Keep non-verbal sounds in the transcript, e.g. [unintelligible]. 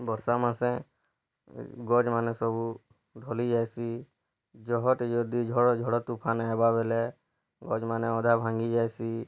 ବର୍ଷା ମାସେ ଘର୍ମାନେ ସବୁ ଢଲି ଯାଏସି [unintelligible] ଯଦି ଝଡ଼ ଝଡ଼ ତୋଫାନ୍ ହେବା ବୋଲେ ଗଛ୍ମାନେ ଅଧା ଭାଙ୍ଗି ଯାଏସି